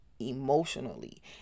emotionally